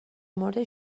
مورد